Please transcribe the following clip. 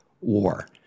war